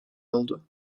oldu